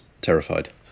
terrified